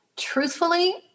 truthfully